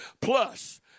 Plus